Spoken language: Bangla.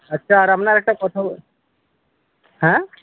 আচ্ছা আর আপনার একটা কথা হ্যাঁ